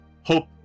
hope